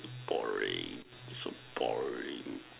boring so boring